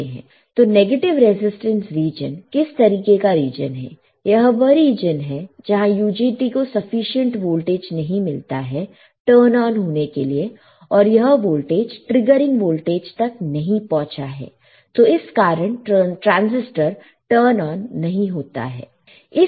तो negative resistance region किस तरीके का रीजन है यह वह रीजन है जहां UJT को सफिशिएंट वोल्टेज नहीं मिलता है टर्न ऑन होने के लिए और यह वोल्टेज ट्रिगरिंग वोल्टेज तक नहीं पहुंचा है तो इस कारण ट्रांसिस्टर टर्न ऑन नहीं होता है